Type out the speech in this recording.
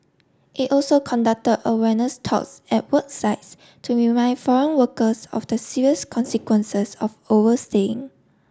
it also conducted awareness talks at work sites to remind foreign workers of the serious consequences of overstaying